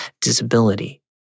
disability